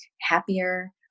happier